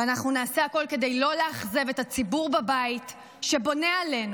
ואנחנו נעשה הכול כדי לא לאכזב את הציבור בבית שבונה עלינו,